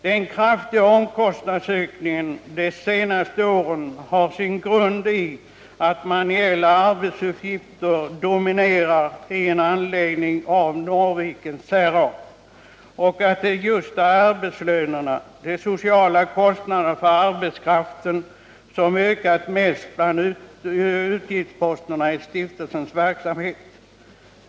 Den kraftiga omkostnadsökningen de senaste åren har sin grund i att manuella arbetsuppgifter dominerar i en anläggning av Norrvikens särart, och det är just arbetslönerna och de sociala kostnaderna för arbetskraften som ökat mest bland utgiftsposterna i stiftelsens verksamhet.